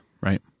right